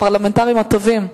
הפרלמנטרים הטובים.